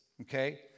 okay